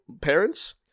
parents